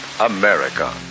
America